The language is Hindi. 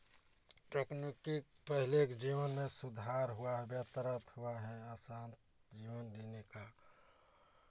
टेकनिकी पहले के जीवन में सुधार हुआ बेहतर हुआ है आसान जीवन जीने का